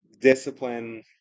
discipline